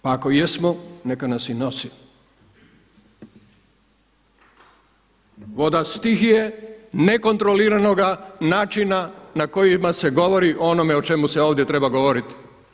Pa ako i jesmo neka nas i nosi, voda stihije nekontroliranoga načina na kojima se govori o onome o čemu se ovdje treba govoriti.